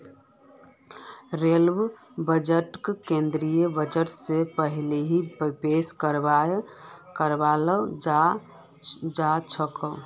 railway बजटक केंद्रीय budget स पहिले पेश कराल जाछेक